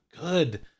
good